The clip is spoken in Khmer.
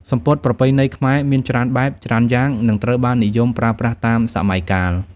សំពត់ប្រពៃណីខ្មែរមានច្រើនបែប ច្រើនយ៉ាង និងត្រូវបាននិយមប្រើប្រាស់តាមសម័យកាល។